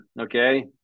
okay